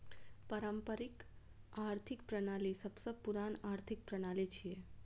पारंपरिक आर्थिक प्रणाली सबसं पुरान आर्थिक प्रणाली छियै